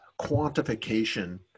quantification